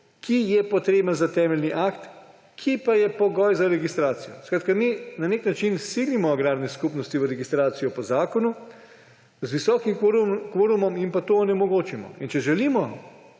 kvorum, potreben za temeljni akt, ki pa je pogoj za registracijo. Mi na nek način silimo agrarne skupnosti v registracijo po zakonu, z visokim kvorumom jim pa to onemogočimo. Če želimo